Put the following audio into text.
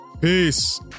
Peace